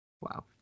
Wow